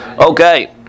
Okay